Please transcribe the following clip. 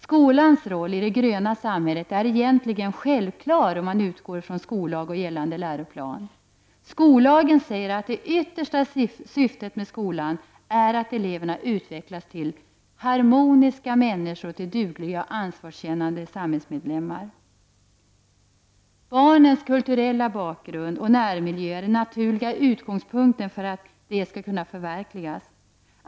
Skolans roll i de gröna samhället är egentligen självklar om man utgår från skollag och gällande läroplan. Skollagen säger att det yttersta syftet med skolan är att eleverna utvecklas till ”harmoniska människor och till dugliga och ansvarskännande samhällsmedlemmar”. Barnens kulturella bakgrund och närmiljö är den naturliga utgångspunkten för att detta skall kunna förverkligas.